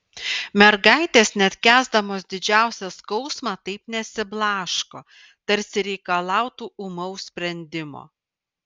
mergaitės net kęsdamos didžiausią skausmą taip nesiblaško tarsi reikalautų ūmaus sprendimo